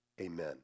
Amen